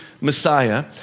Messiah